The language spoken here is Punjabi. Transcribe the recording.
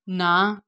ਨਾ